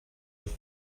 have